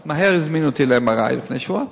אז מהר הזמינו אותי ל-MRI לפני שבוע,